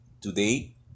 today